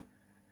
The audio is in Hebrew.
"